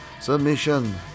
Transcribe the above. Submission